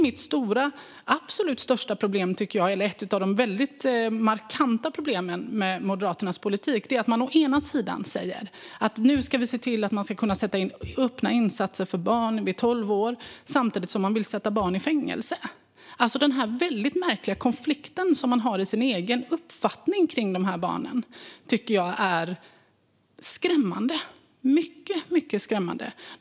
Ett av de markanta problemen med Moderaternas politik är att man å ena sidan säger att man ska sätta in öppna insatser för barn vid tolv års ålder samtidigt som man vill sätta barn i fängelse. Denna väldigt märkliga konflikt man har i sin uppfattning kring dessa barn tycker jag är mycket skrämmande.